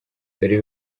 dore